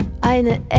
Eine